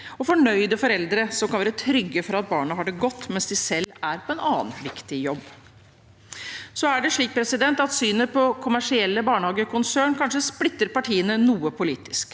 og fornøyde foreldre som kan være trygge på at barna har det godt mens de selv er på en annen viktig jobb. Så er det slik at synet på kommersielle barnehagekonsern kanskje splitter partiene noe politisk.